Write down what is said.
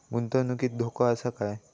गुंतवणुकीत धोको आसा काय?